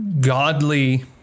godly